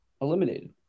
eliminated